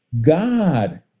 God